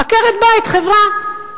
עקרת-בית, חברה.